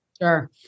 Sure